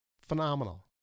phenomenal